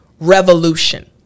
revolution